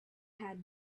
had